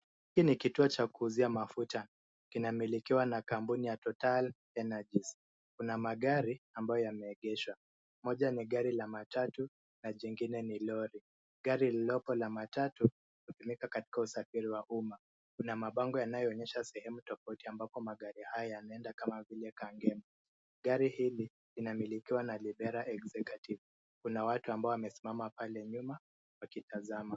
Hiki ni kituo cha kuuzia mafuta, kina milikiwa na kampuni ya Total energies. Kuna magari ambayo yameegeshwa, moja ni gari la matatu na jingine ni lori. Gari lililoko la matatu liko katika usafiri wa umma, kuna mabango yanoyoonyesha sehemu tofauti ambako magari haya yanaenda, kama vile Kangemi. Gari hili linamilikiwa na wizara Executive. Kuna watu ambao wamesimama pale nyuma wakitazama.